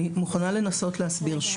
אני מוכנה לנסות להסביר.